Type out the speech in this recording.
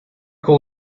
call